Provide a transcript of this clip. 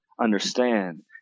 understand